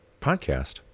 podcast